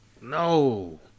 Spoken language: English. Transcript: No